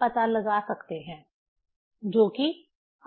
पता लगा सकते हैं जोकि RC है